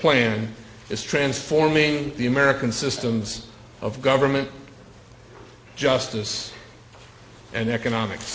plan is transforming the american systems of government justice and economics